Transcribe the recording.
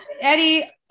Eddie